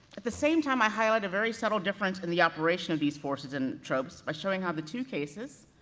at the same time, i highlight a very subtle difference in the operation of these forces and tropes, by showing how the two cases,